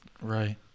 Right